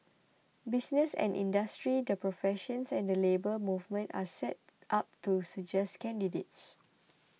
business and industry the professions and the Labour Movement are set up to suggest candidates